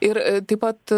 ir taip pat